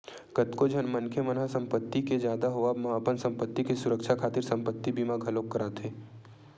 कतको झन मनखे मन ह संपत्ति के जादा होवब म अपन संपत्ति के सुरक्छा खातिर संपत्ति बीमा घलोक कराथे